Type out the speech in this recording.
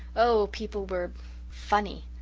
oh, people were funny!